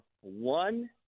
one